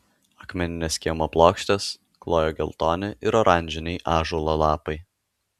akmenines kiemo plokštes klojo geltoni ir oranžiniai ąžuolo lapai